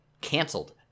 canceled